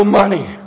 money